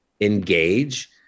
engage